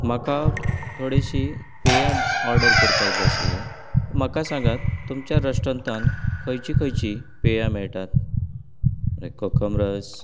म्हाका थोडेशीं पेयान ओर्डर करपाक जाय आसलें म्हाका सांगांत तुमच्या रेस्टोरंटांत खंयची खंयची पेयां मेळटात कोकम रस